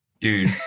dude